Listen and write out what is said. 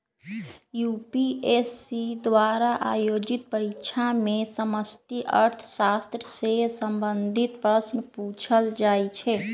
UPSC द्वारा आयोजित परीक्षा में समष्टि अर्थशास्त्र से संबंधित प्रश्न पूछल जाइ छै